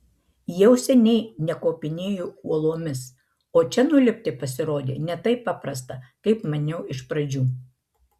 jau seniai nekopinėju uolomis o čia nulipti pasirodė ne taip paprasta kaip maniau iš pradžių